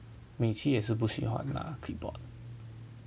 Meiqi 也是不喜欢拿 clipboard